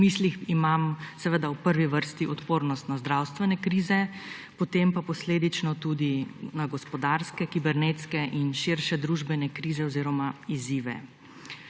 V mislih imam seveda v prvi vrsti odpornost na zdravstvene krize, potem pa posledično tudi na gospodarske, kibernetske in širše družbene krize oziroma izzive.